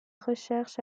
recherches